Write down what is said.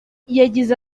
yagize